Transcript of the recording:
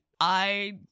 I-